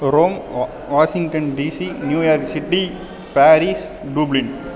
Rome வ Washington DC New York city Paris Dublin